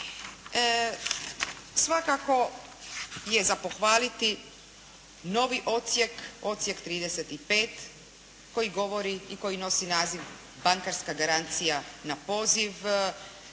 Svakako je za pohvaliti novi odsjek, odsjek 35 koji govori i koji nosi naziv bankarska garancija na poziv,